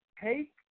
Take